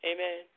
Amen